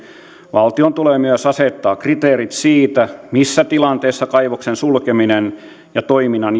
valtion tulee myös asettaa kriteerit siitä missä tilanteessa kaivoksen sulkeminen on toiminnan